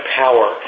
power